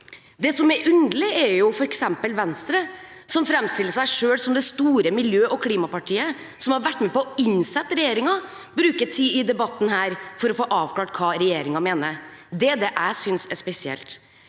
Det som er underlig er at f.eks. Venstre, som framstiller seg selv som det store miljø- og klimapartiet, som har vært med på å innsette regjeringen, bruker tid i denne debatten på å få avklart hva regjeringen mener. Det er det jeg synes er spesielt.